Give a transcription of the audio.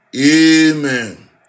Amen